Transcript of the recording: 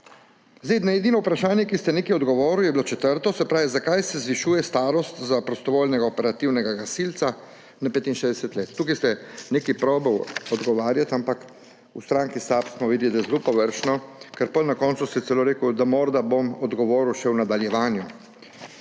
Edino vprašanje, na katero ste nekaj odgovorili, je bilo četrto: »Zakaj se zvišuje starost za prostovoljnega operativnega gasilca na 65 let?« Tukaj ste nekaj poskusili odgovarjati, ampak v stranki SAB smo videli, da zelo površno, ker ste potem na koncu celo rekli, da boste morda odgovorili še v nadaljevanju.